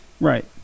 Right